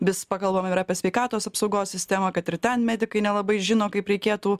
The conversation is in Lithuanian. vis pakalbam ir apie sveikatos apsaugos sistemą kad ir ten medikai nelabai žino kaip reikėtų